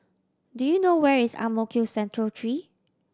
do you know where is Ang Mo Kio Central Three